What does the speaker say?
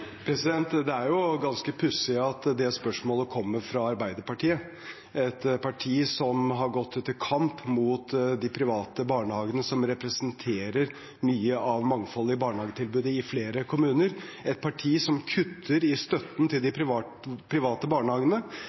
Det er ganske pussig at det spørsmålet kommer fra Arbeiderpartiet, et parti som har gått til kamp mot de private barnehagene, som representerer mye av mangfoldet i barnehagetilbudet i flere kommuner, et parti som kutter i støtten til de private barnehagene.